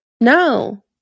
No